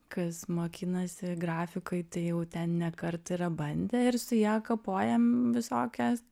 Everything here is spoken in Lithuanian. kas mokinasi grafikoj tai jau ten ne kartą yra bandę ir su ja kapojam visokias